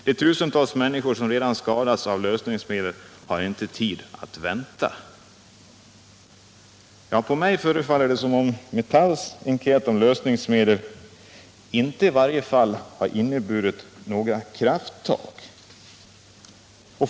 De tusentals människor som redan har skadats av lösningsmedel har inte tid att vänta.” Mig förefaller det som om Metalls enkät om lösningsmedel i varje fall inte har lett till några krafttag.